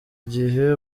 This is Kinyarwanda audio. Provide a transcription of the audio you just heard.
igihe